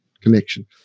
connection